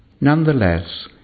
Nonetheless